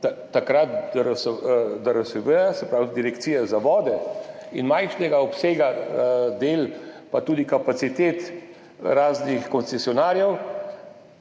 moči DRSV, se pravi Direkcije za vode, in majhnemu obsegu del pa tudi kapacitet raznih koncesionarjev